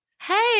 Hey